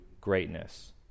greatness